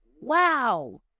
wow